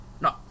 No